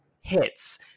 hits